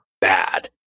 bad